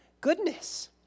goodness